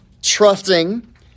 Trusting